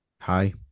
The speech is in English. Hi